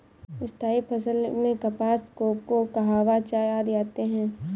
स्थायी फसल में कपास, कोको, कहवा, चाय आदि आते हैं